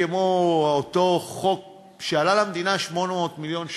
כמו אותו חוק שעלה למדינה 800 מיליון שקל,